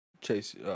Chase